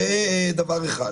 זה דבר אחד.